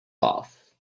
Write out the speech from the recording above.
off